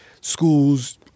schools